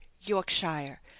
yorkshire